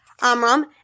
Amram